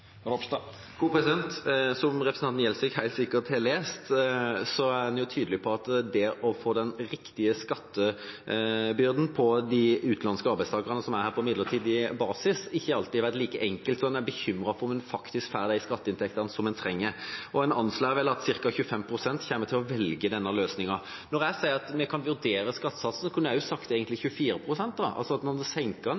Som representanten Gjelsvik helt sikkert har lest, er en tydelig på at det å få den riktige skattebyrden på de utenlandske arbeidstakerne som er her på midlertidig basis, ikke alltid har vært like enkelt, en er bekymret for om en faktisk får de skatteinntektene en trenger. Og en anslår at ca. 25 pst. kommer til å velge denne løsningen. Når jeg sier at vi kan vurdere skattesatsen, kunne jeg egentlig også sagt 24 pst. – at en senker den